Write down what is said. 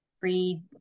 free